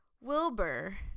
Wilbur